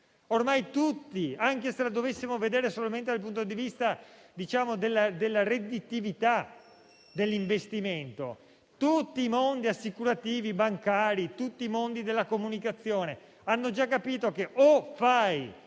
Ormai, anche se la dovessimo vedere solamente dal punto di vista della redditività dell'investimento, tutti i mondi assicurativi, bancari e della comunicazione hanno già capito che o si